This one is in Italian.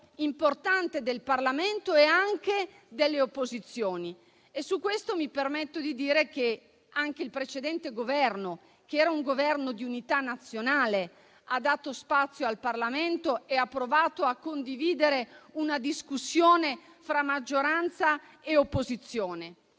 importante del Parlamento e anche delle opposizioni. Su questo mi permetto di dire che anche il precedente Governo, che era di unità nazionale, ha dato spazio al Parlamento e ha provato a condividere una discussione fra maggioranza e opposizione.